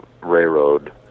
railroad